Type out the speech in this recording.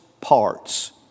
parts